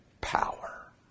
power